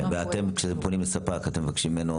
כשאתם פונים לספק אתם מבקשים ממנו